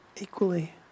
equally